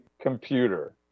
computer